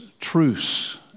truce